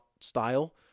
style